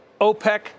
OPEC